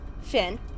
Finn